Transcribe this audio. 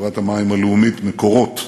חברת המים הלאומית "מקורות".